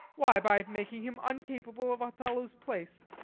why, by making him uncapable of othello's place